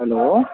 hello